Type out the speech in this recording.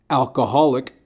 alcoholic